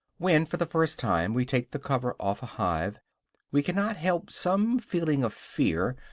when for the first time we take the cover off a hive we cannot help some feeling of fear,